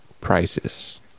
prices